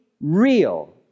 real